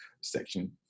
section